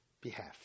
behalf